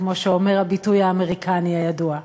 כמו שאומר הביטוי האמריקני הידוע.